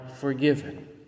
forgiven